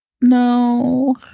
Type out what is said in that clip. No